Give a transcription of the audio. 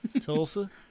Tulsa